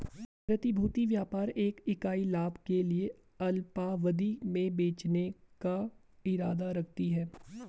प्रतिभूति व्यापार एक इकाई लाभ के लिए अल्पावधि में बेचने का इरादा रखती है